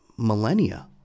Millennia